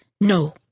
No